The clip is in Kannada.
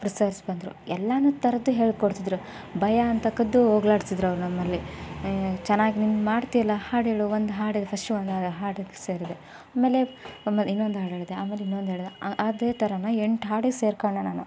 ಸರ್ಸ್ ಬಂದರು ಎಲ್ಲನೂ ಥರದ್ದು ಹೇಳ್ಕೊಡ್ತಿದ್ದರು ಭಯ ಅಂತಕ್ಕದ್ದು ಹೋಗಲಾಡ್ಸಿದ್ರು ಅವ್ರು ನಮ್ಮಲ್ಲಿ ಚೆನ್ನಾಗಿ ನೀನು ಮಾಡ್ತೀಯಲ್ಲ ಹಾಡೇಳು ಒಂದು ಹಾಡಿಗೆ ಫಸ್ಟ್ ಒಂದು ಹಾ ಹಾಡಿಗ್ ಸೇರಿದೆ ಆಮೇಲೆ ಆಮೇಲೆ ಇನ್ನೊಂದು ಹಾಡು ಹೇಳಿದೆ ಆಮೇಲೆ ಇನ್ನೊಂದು ಹೇಳಿದೆ ಅದೇ ಥರನೇ ಎಂಟು ಹಾಡಿಗೆ ಸೇರಿಕೊಂಡೆ ನಾನು